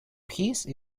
peace